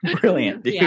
Brilliant